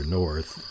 north